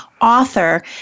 author